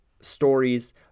stories